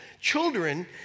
children